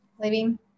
leaving